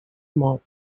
mob